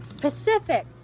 pacific